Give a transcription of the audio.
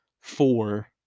four